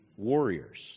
Warriors